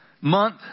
month